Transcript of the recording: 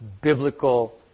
biblical